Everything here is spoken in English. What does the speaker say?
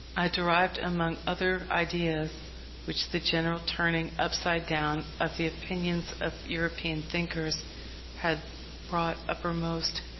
i derived, among other ideas which the general turning upside down of the opinions of european thinkers had brought uppermost,